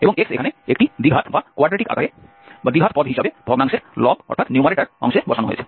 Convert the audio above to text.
এবং x এখানে একটি দ্বিঘাত আকারে দ্বিঘাত পদ হিসাবে ভগ্নাংশের লব অংশে বসানো হয়েছে